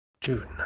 Dude